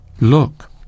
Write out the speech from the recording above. Look